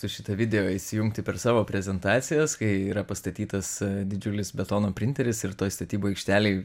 šitą video įsijungti per savo prezentacijas kai yra pastatytas didžiulis betono printeris ir toj statybų aikštelėj